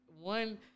one